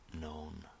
known